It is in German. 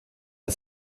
der